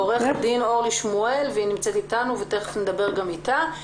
עורכת דין אורלי שמואל שנמצאת איתנו ותכף נדבר איתה.